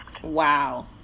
Wow